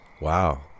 Wow